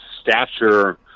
stature